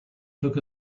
took